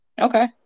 Okay